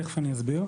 תכף אני אסביר.